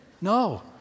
No